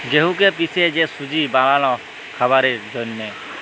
গেঁহুকে পিসে যে সুজি বালাল খাবারের জ্যনহে